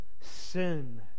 sin